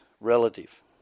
relative